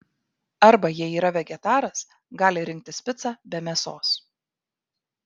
arba jei yra vegetaras gali rinktis picą be mėsos